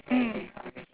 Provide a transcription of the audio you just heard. mm